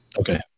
okay